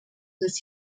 das